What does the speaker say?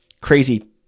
crazy